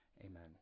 amen